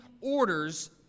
orders